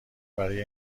برای